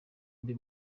mbi